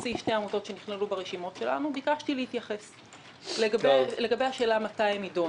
יש עמותות שקיבלו, לדוגמה אמנסטי.